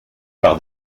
par